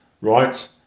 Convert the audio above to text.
right